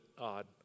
odd